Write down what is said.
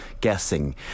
guessing